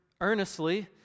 earnestly